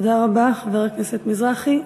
תודה רבה, חבר הכנסת מזרחי.